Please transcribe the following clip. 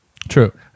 True